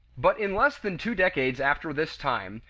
but in less than two decades after this time,